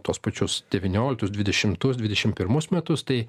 tuos pačius devynioliktus dvidešimtus dvidešim pirmus metus tai